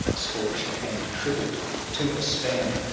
scorched and shrivelled to a span.